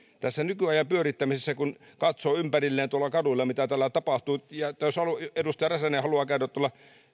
tässä nykyajan pyörittämisessä kun katsoo ympärilleen tuolla kaduilla mitä täällä tapahtuu jos edustaja räsänen haluaa hän voi käydä tuolla